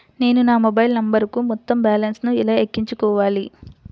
నేను నా మొబైల్ నంబరుకు మొత్తం బాలన్స్ ను ఎలా ఎక్కించుకోవాలి?